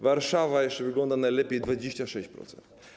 Warszawa - jeszcze wygląda najlepiej - 26%.